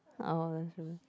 oh